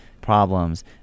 problems